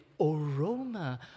aroma